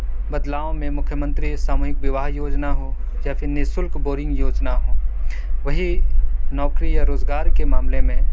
بدلاؤ میں مکھیہ منتری ساموہک وواہ یوجنا ہو یا پھر نیسلک بورنگ یوجنا ہو وہی نوکری یا روزگار کے معاملے میں